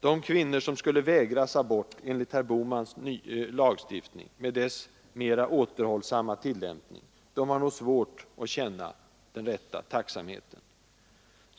De kvinnor som skulle vägras abort enligt herr Bohmans lagstiftning, med dess mera återhållsamma tillämpning, har nog svårt att känna den rätta tacksamheten.